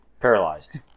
paralyzed